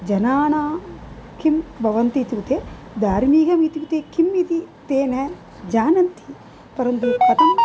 जनानां किं भवन्ति इत्युक्ते धार्मिकमित्युक्ते किम् इति ते न जानन्ति परन्तु कथम्